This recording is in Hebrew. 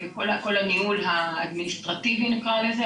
וכל הניהול האדמיניסטרטיבי נקרא לזה,